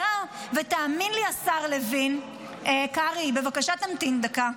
ותאמין לי, השר לוין, קרעי, בבקשה תמתין דקה,